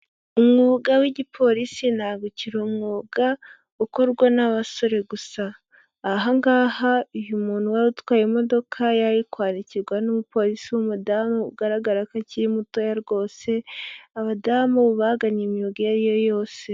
Umwuga w'igipolisi ntabwo ukiri umwuga ukorwa n'abasore gusa, aha ngaha uyu muntu wari utwaye imodoka yari ari kwandikirwa n'umupolisi w'umudamu ugaragara ko akiri mutoya rwose, abadamu bagannye imyuga iyo ari yo yose.